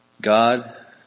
God